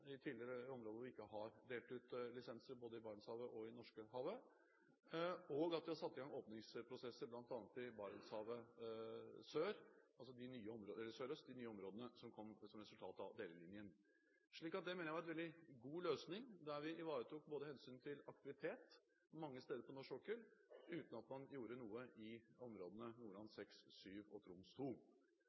i områder hvor vi tidligere ikke har delt ut lisenser, både i Barentshavet og i Norskehavet, og vi har satt i gang åpningsprosesser bl.a. i Barentshavet sørøst, altså de nye områdene som kom som resultat av delelinjen. Det mener jeg var en veldig god løsning, der vi ivaretok hensynet til aktivitet mange steder på norsk sokkel uten at man gjorde noe i områdene Nordland VI, VII og Troms